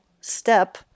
step